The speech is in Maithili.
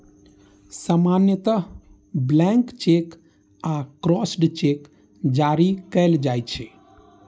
सामान्यतः ब्लैंक चेक आ क्रॉस्ड चेक जारी कैल जाइ छै